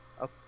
up